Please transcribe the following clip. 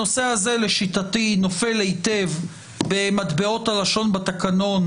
הנושא הזה לשיטתי נופל היטב במטבעות הלשון בתקנון,